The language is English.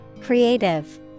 Creative